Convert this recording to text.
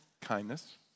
kindness